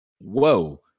whoa